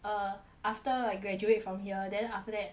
err after I graduate from here then after that